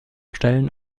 schnellen